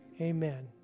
Amen